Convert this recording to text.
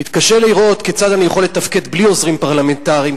מתקשה לראות כיצד אני יכול לתפקד בלי עוזרים פרלמנטריים,